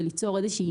וליצור איזושהי